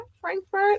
Frankfurt